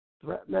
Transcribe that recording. threat